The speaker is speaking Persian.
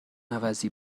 عوضی